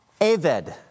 aved